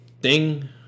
Ding